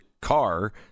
Car